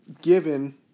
given